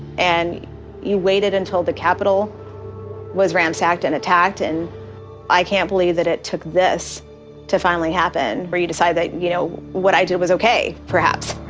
and you waited until the capitol was ransacked and attacked and i can't believe it took this to finally happen where you decided like you know what i did was okay, perhaps. right.